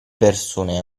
persone